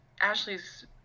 Ashley's